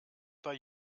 bei